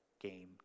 game